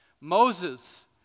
Moses